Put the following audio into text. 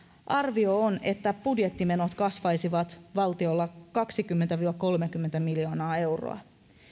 arvio on että budjettimenot kasvaisivat valtiolla kaksikymmentä viiva kolmekymmentä miljoonaa euroa